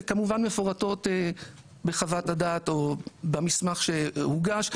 שכמובן מפורטות בחוות הדעת או במסמך שהוגש.